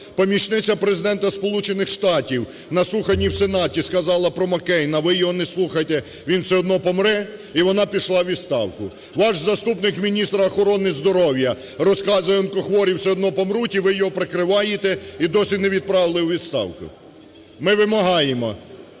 Помічниця президента Сполучених Штатів на слуханні в Сенаті сказали про Маккейна, ви його не слухайте, він все одно помре – і вона пішла у відставку. Ваш заступник міністра охорони здоров'я розказує, онкохворі все одно помруть і ви його прикриваєте, і досі не відправили у відставку. Ми вимагаємо,